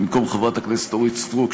במקום חברת הכנסת אורית סטרוק,